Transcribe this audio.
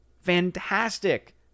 Fantastic